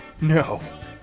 No